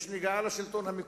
יש נגיעה לשלטון המקומי,